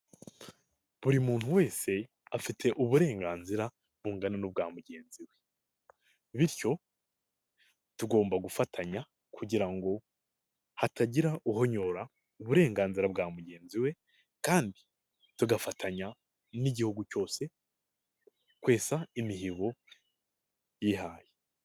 Buri muntu wese afite uburenganzira bungana n'ubwa mugenzi we, bityo tugomba gufatanya kugira ngo hatagira uhonyora uburenganzira bwa mugenzi we, kandi tugafatanya n'igihugu cyose kwesa imihigo cyihaye.